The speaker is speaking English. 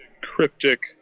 cryptic